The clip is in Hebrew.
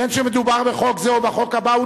בין שמדובר בחוק זה או בחוק הבא,